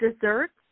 desserts